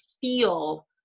feel